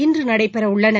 இன்று நடைபெறவுள்ளன